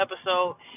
episode